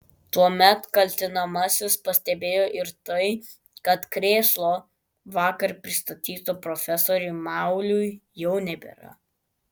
tuomet kaltinamasis pastebėjo ir tai kad krėslo vakar pristatyto profesoriui mauliui jau nebėra